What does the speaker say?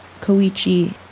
Koichi